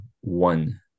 One